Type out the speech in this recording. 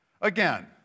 Again